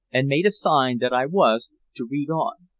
and made a sign that i was to read on.